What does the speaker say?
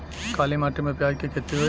काली माटी में प्याज के खेती होई?